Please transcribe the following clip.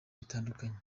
bitandukanye